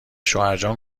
شوهرجان